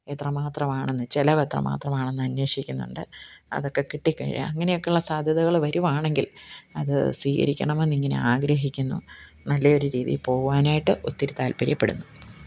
എത്രമാത്രം ആണെന്ന് ചിലവ് എത്രമാത്രമാണെന്ന് അന്വേഷിക്കുന്നുണ്ട് അതൊക്കെ കിട്ടിക്കഴിഞ്ഞാൽ അങ്ങനെയൊക്കെ ഉള്ള സാധ്യതകൾ വരുവാണെങ്കില് അത് സ്വീകരിക്കണം എന്നിങ്ങനെ ആഗ്രഹിക്കുന്നു നല്ല ഒരു രീതിയില് പോവാനായിട്ട് ഒത്തിരി താല്പര്യപ്പെടുന്നു